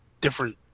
different